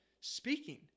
speaking